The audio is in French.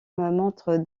montre